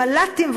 ומל"טים,